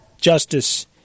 justice